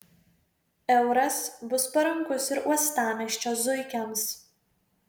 euras bus parankus ir uostamiesčio zuikiams